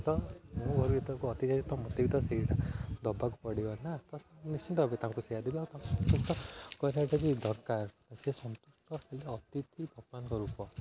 ତ ମୋ ଘରକୁ ଯେତେବେଳେ ଅତିଥି ଆସିଥିବେ ମୋତେ ବି ତ ସେଇଟା ଦେବାକୁ ପଡ଼ିବ ନା ତ ନିଶ୍ଚିନ୍ତ ଭାବେ ତାଙ୍କୁ ସେଇଆ ଦେବି ତାଙ୍କୁ ସନ୍ତୁଷ୍ଟ କରିବାଟା ବି ଦରକାର ସେ ସନ୍ତୁଷ୍ଟ ହେଲେ ଅତିଥି ଭଗବାନଙ୍କ ରୂପ